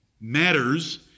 Matters